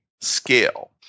scale